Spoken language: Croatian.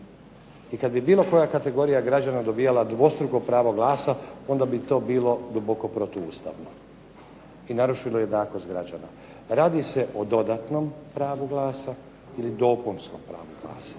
i kad bi bilo koja kategorija građana dobivala dvostruko pravo glasa onda bi to bilo duboko protuustavno, i narušena jednakost građana. Radi se o dodatnom pravu glasa ili dopunskom pravu glasa.